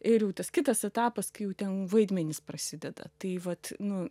ir jau tas kitas etapas kai jau ten vaidmenys prasideda tai vat nu